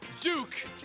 Duke